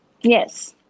Yes